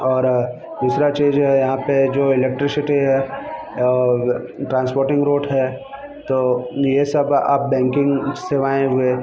और दूसरा चीज जो है यहाँ पे जो इलेक्ट्रिसिटी है और ट्रांसर्पोटिंग रूट है तो ये सब आप बैंकिंग सेवाएँ हुए